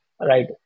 right